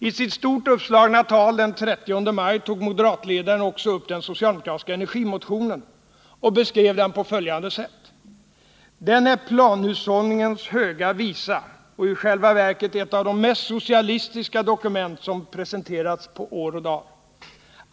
I sitt stort uppslagna tal den 30 maj tog moderatledaren också upp den socialdemokratiska energimotionen och beskrev den på följande sätt: ”Den är planhushållningens Höga visa och i själva verket ett av de mest socialistiska dokument som presenterats på år och dag.